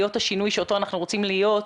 להיות השינוי שאותו אנחנו רוצים להיות,